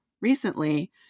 recently